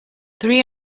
three